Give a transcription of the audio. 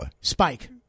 Spike